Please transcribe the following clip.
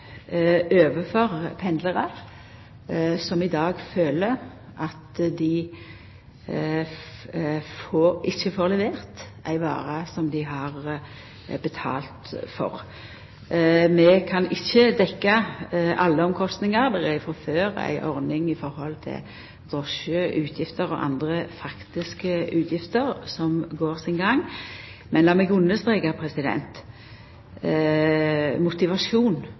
overfor pendlarar som i dag føler at dei ikkje får ei vare som dei har betalt for. Vi kan ikkje dekkja alle kostnader. Det er frå før ei ordning med drosjeutgifter og andre faktiske utgifter, som går sin gang. Men lat meg understreka når det gjeld motivasjon